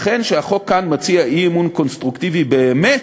לכן, כשהחוק כאן מציע אי-אמון קונסטרוקטיבי באמת,